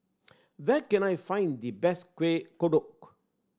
where can I find the best Kueh Kodok